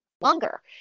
longer